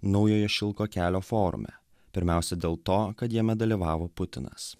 naujojo šilko kelio forume pirmiausia dėl to kad jame dalyvavo putinas